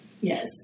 yes